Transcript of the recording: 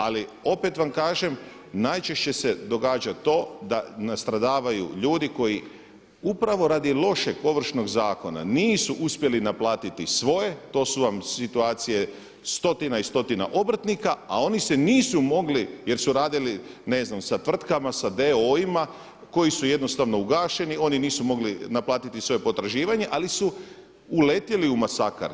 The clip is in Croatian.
Ali opet vam kažem, najčešće se događa to da ne stradavaju ljudi koji upravo radi lošeg Ovršnog zakona nisu uspjeli naplatiti svoje, to su vam situacije stotina i stotina obrtnika a oni se nisu mogli jer su radili ne znam sa tvrtkama, da d.o.o-ima koji su jednostavno ugašeni, oni nisu mogli naplatiti svoje potraživanje ali su uletjeli u masakar.